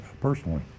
personally